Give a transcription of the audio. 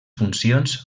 funcions